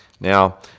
Now